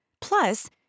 Plus